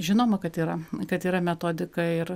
žinoma kad yra kad yra metodika ir